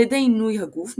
על ידי עינוי הגוף,